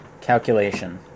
calculation